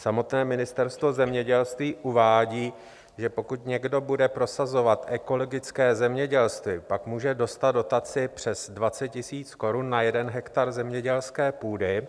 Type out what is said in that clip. Samotné Ministerstvo zemědělství uvádí, že pokud někdo bude prosazovat ekologické zemědělství, pak může dostat dotaci přes 20 000 korun na jeden hektar zemědělské půdy.